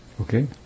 Okay